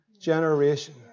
generation